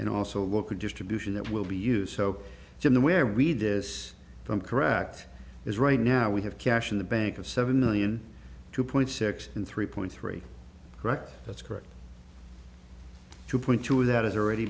and also look at distribution that will be used so jim the where we read this from correct is right now we have cash in the bank of seven million two point six in three point three correct that's correct to point to that has already